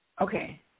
Okay